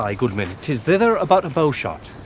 like good man, tis thither, about a bowshot.